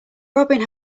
robin